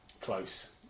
close